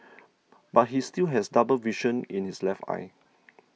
but he still has double vision in his left eye